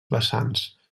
vessants